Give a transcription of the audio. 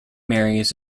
marys